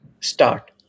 start